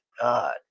God